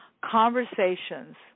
conversations